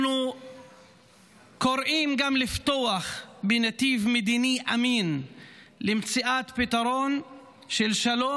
אנחנו קוראים גם לפתוח בנתיב מדיני אמין למציאת פתרון של שלום,